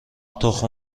تخم